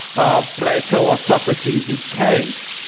of plato or socrates's cave,